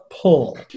pull